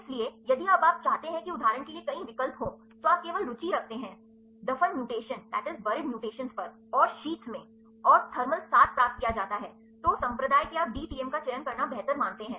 इसलिए अब यदि आप चाहते हैं कि उदाहरण के लिए कई विकल्प हों तो आप केवल रुचि रखते हैं दफन म्यूटेशन पर और शीट्स में और थर्मल साथ प्राप्त किया जाता है तो संप्रदाय के आप d Tm का चयन करना बेहतर मानते हैं